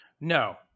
no